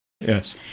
Yes